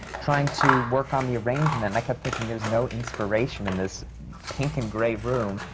trying to work on the arrangement. and i kept thinking, there's no inspiration in this pink and gray room.